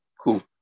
Cool